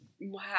Wow